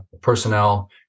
personnel